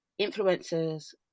influencers